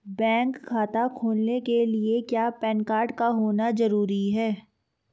Bank खाता खोलने के लिए क्या पैन कार्ड का होना ज़रूरी है?